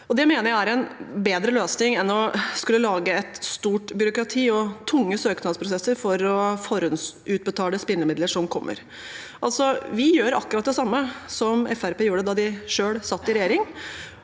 Det mener jeg er en bedre løsning enn å skulle lage et stort byråkrati og tunge søknadsprosesser for å forhåndsutbetale spillemidler som kommer. Vi gjør akkurat det samme som Fremskrittspartiet gjorde da de selv satt i regjering.